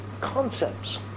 concepts